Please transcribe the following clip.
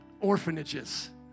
orphanages